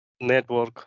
network